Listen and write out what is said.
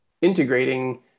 integrating